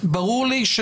ברור לי,